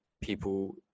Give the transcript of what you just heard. people